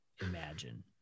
imagine